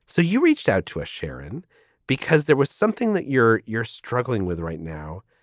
so you reached out to a sheron because there was something that you're you're struggling with right now.